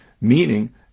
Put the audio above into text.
meaning